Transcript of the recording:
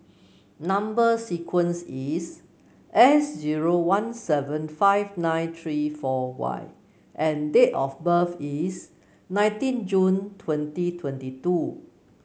number sequence is S zero one seven five nine three four Y and date of birth is nineteen June twenty twenty two